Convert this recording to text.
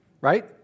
Right